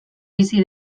bizi